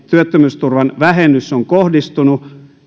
työttömyysturvan vähennys on kohdistunut